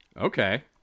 Okay